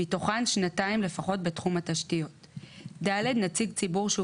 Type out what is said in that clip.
מתוכן שנתיים לפחות בתחום התשתיות ; (ד) נציג ציבור שהוא